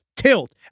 tilt